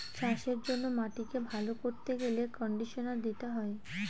চাষের জন্য মাটিকে ভালো করতে গেলে কন্ডিশনার দিতে হয়